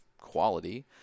quality